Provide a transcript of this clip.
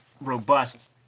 robust